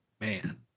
man